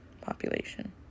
population